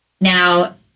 Now